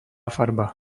farba